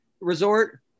Resort